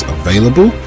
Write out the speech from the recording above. available